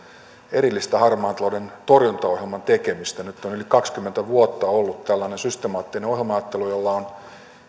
erillistä harmaan talouden torjuntaohjelman tekemistä nyt on yli kaksikymmentä vuotta ollut tällainen systemaattinen ohjelma ajattelu jolla